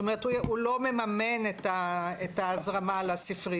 זאת אומרת, הוא לא מממן את ההזרמה לספריות.